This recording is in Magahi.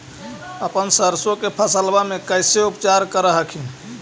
अपन सरसो के फसल्बा मे कैसे उपचार कर हखिन?